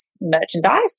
merchandise